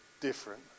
different